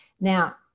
Now